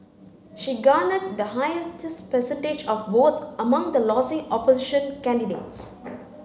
she garnered the highest percentage of votes among the losing opposition candidates